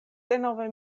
denove